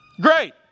Great